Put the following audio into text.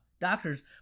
doctors